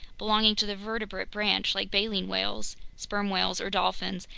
belonging to the vertebrate branch like baleen whales, sperm whales, or dolphins,